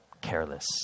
careless